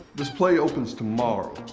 this play opens tomorrow.